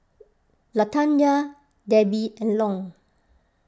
Latanya Debbi and Long